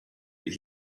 but